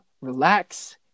Relax